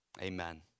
amen